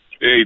Hey